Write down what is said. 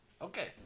Okay